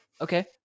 Okay